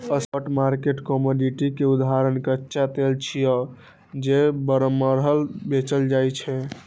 spot market commodity के उदाहरण कच्चा तेल छियै, जे बरमहल बेचल जाइ छै